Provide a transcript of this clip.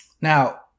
Now